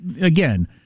again